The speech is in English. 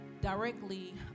directly